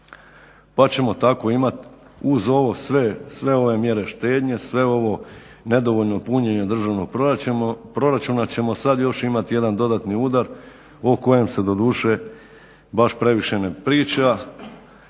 pa ćemo tako imati uz ovo sve, sve ove mjere štednje, sve ovo nedovoljno punjenje državnog proračuna ćemo sad još imati jedan dodatni udar o kojem se doduše baš previše ne priča